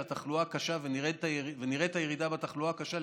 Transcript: התחלואה הקשה ונראה את הירידה בתחלואה הקשה.